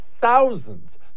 thousands